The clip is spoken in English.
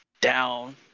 down